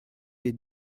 les